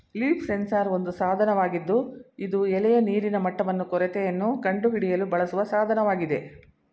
leaf sensor ಒಂದು ಸಾಧನವಾಗಿದ್ದು ಇದು ಎಲೆಯ ನೀರಿನ ಮಟ್ಟವನ್ನು ಕೊರತೆಯನ್ನು ಕಂಡುಹಿಡಿಯಲು ಬಳಸುವ ಸಾಧನವಾಗಿದೆ